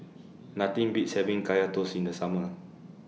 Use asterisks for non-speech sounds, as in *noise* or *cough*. *noise* Nothing Beats having Kaya Toast in The Summer